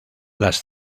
las